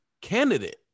candidate